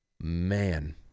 Man